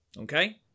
Okay